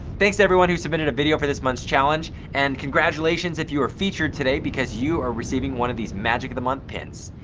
thanks to everyone who submitted a video for this month's challenge, and congratulations if you were featured today because you are receiving one of these magic of the month pins.